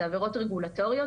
זה עבירות רגולטוריות,